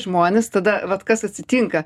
žmonės tada vat kas atsitinka